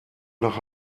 nach